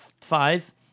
five